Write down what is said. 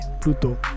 Pluto